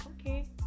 okay